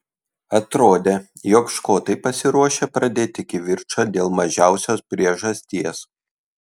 atrodė jog škotai pasiruošę pradėti kivirčą dėl mažiausios priežasties